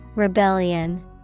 Rebellion